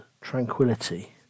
tranquility